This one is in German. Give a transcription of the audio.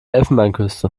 elfenbeinküste